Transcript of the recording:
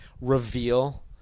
reveal